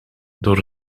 door